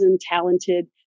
talented